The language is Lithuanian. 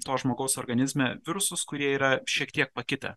to žmogaus organizme virusus kurie yra šiek tiek pakitę